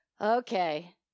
okay